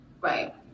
Right